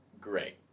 Great